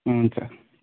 हुन्छ